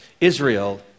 Israel